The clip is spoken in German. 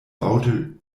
baute